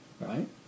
Right